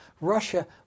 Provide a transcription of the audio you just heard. Russia